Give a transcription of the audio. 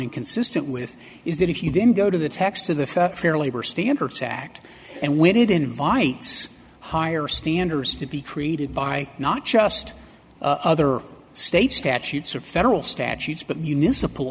consistent with is that if you then go to the text of the fair labor standards act and when it invites higher standards to be created by not just other state statutes or federal statutes but municipal